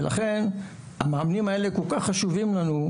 ולכן המאמנים האלה כל כך חשובים לנו.